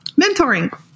mentoring